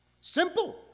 Simple